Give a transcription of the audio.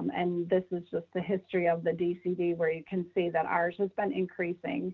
um and this is just the history of the dcd, where you can see that ours has been increasing